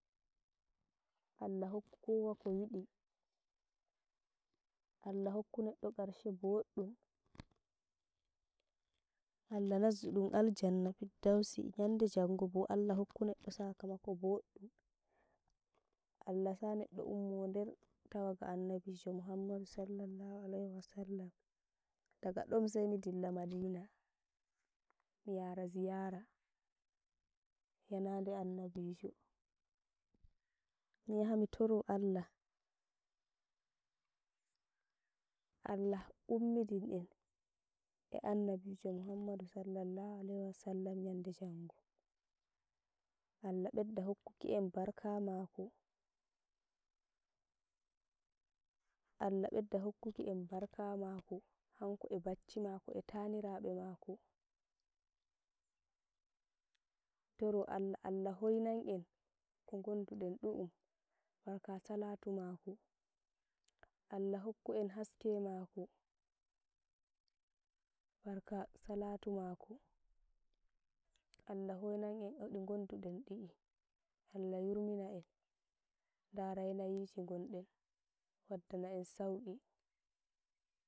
Allah hokku kowa ko yidi Allah hokku neddo karshe boddum, Allah nazzu dum Aljannah fiddausi nyande jango boo Allah hokku neddo sakamako boddum, Allah sa neddo ummo nder tawagaa Annabijo Muhammad Sallalhu Alaihi Wasallam. Daga don sai midilla madinah, mi yaraa ziyara yanaade Annabijo, mii yahaa mitoro Allah, Allah ummidin een eh Annabijo Muhammadu sallallahu alaihi Wasallam nyande jango, Allah bedda hoinukieen barka maako, Allah bedda hokku een barka makako hanko eh bacci maako, eeh taanirabe maako, mi toro Allah, Allah hoinan een ko ngondu den du'uum, barka salatu maako, Allah hokku eeen haske mako barka salatu maako, Allah hoinan een eh di ngonduden di'ii, ALlah yurmin een, ndaraa yanayiji ngonden, wadddanaa een sauki.